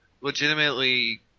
Legitimately